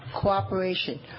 cooperation